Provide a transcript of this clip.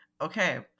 Okay